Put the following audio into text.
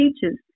Teachers